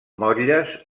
motlles